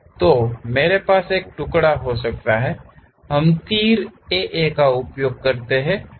तो मेरे पास एक टुकड़ा हो सकता है हम तीर AA का उपयोग करते हैं